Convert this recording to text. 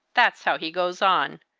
that's how he goes on,